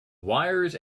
wires